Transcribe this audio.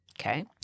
Okay